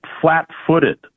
flat-footed